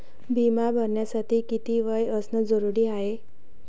बिमा भरासाठी किती वय असनं जरुरीच हाय?